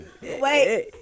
wait